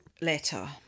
letter